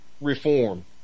reform